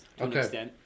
Okay